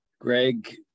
Greg